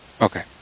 okay